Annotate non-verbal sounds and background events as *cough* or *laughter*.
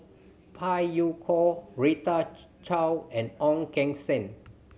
Phey Yew Kok Rita *unintelligible* Chao and Ong Keng Sen